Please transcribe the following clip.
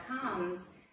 comes